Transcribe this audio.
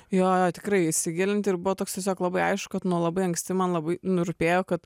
jo jo tikrai įsigilinti ir buvo toks tiesiog labai aišku kad nu labai anksti man labai nerūpėjo kad